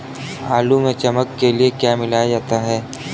आलू में चमक के लिए क्या मिलाया जाता है?